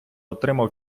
отримав